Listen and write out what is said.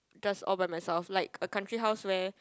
just all by myself like a country house where